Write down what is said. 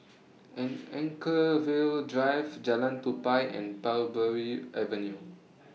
An Anchorvale Drive Jalan Tupai and Parbury Avenue